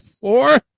four